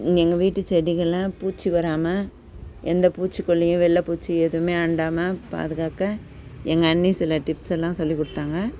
எங்க வீட்டுச் செடிகளில் பூச்சி வராமல் எந்தப் பூச்சிக்கொல்லியும் வெள்ளப்பூச்சி எதுவுமே அண்டாமல் பாதுக்காக எங்கள் அண்ணி சில டிப்ஸ்ஸெல்லாம் சொல்லிக் கொடுத்தாங்க